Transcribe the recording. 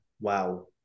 Wow